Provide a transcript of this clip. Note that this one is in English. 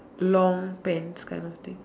long pants kind of thing